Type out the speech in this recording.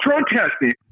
protesting